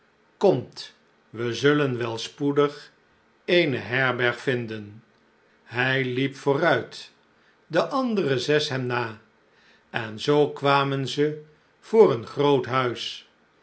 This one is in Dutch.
komt we zullen wel spoedig eene herberg vinden hij liep vooruit de andere zes hem na en zoo kwamen ze voor een groot huis